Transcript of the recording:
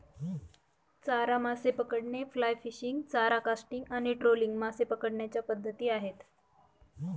चारा मासे पकडणे, फ्लाय फिशिंग, चारा कास्टिंग आणि ट्रोलिंग मासे पकडण्याच्या पद्धती आहेत